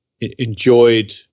enjoyed